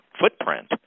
footprint